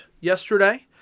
yesterday